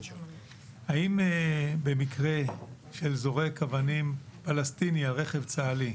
האם במקרה של זורק אבנים פלסטיני על רכב צה"לי,